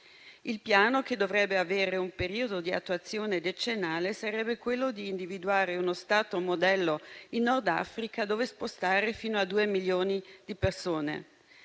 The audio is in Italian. Il piano, che dovrebbe avere un periodo di attuazione decennale, sarebbe quello di individuare uno Stato modello in Nord Africa dove spostare fino a due milioni di persone.